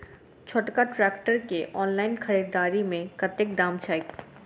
छोटका ट्रैक्टर केँ ऑनलाइन खरीददारी मे कतेक दाम छैक?